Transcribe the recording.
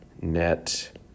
net